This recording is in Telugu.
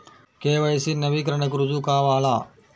కే.వై.సి నవీకరణకి రుజువు కావాలా?